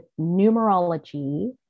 numerology